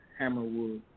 Hammerwood